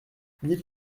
mille